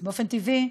באופן טבעי,